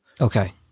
Okay